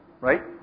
right